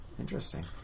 Interesting